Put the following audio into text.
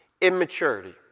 immaturity